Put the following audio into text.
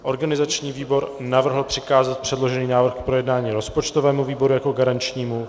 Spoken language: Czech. Organizační výbor navrhl přikázat předložený návrh k projednání rozpočtovému výboru jako garančnímu.